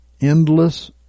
Endless